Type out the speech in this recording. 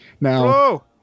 Now